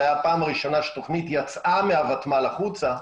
היה הפעם הראשונה שתוכנית יצאה מהותמ"ל החוצה,